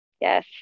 Yes